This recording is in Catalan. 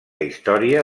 història